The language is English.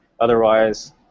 Otherwise